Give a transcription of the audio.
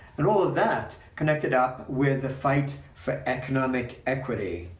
and all of that connected up with the fight for economic equity,